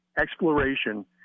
exploration